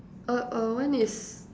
oh uh one is